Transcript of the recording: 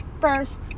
First